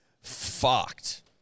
fucked